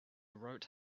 wrote